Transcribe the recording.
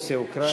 רוסיה, אוקראינה.